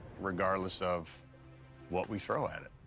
regardless of what we throw at it.